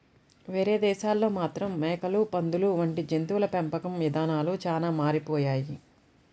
వేరే దేశాల్లో మాత్రం మేకలు, పందులు వంటి జంతువుల పెంపకం ఇదానాలు చానా మారిపోయాయి